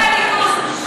למען ההגינות,